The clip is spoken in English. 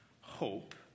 hope